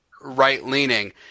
right-leaning